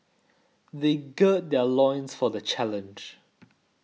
they gird their loins for the challenge